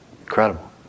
Incredible